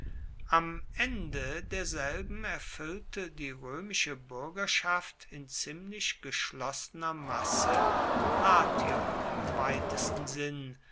am ende derselben erfuellte die roemische buergerschaft in ziemlich geschlossener masse latium im weitesten sinn